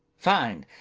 fine!